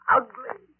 ugly